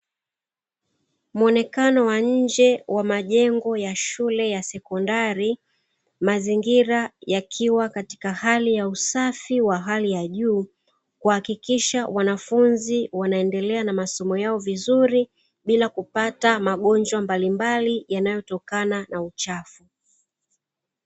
Muonekano wa nje wa majengo ya shule ya sekondari, mazingira yakiwa katika hali ya usafi wa hali ya juu kuhakikisha wanafunzi wanaendelea na masomo yao vizuri bila kupata magonjwa mbalimbali yanayotokana na uchafu.